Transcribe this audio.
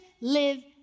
live